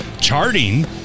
charting